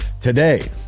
today